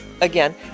Again